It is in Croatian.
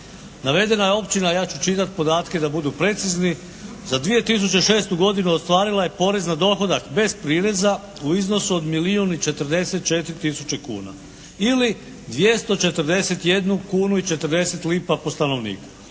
Navedena općina, ja ću čitati podatke da budu precizni, za 2006. godinu ostvarila je porez na dohodak bez prireza u iznosu od milijun i 44 tisuće kuna. Ili 241 kunu i 40 lipa po stanovniku.